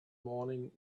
morning